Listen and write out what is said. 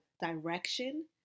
direction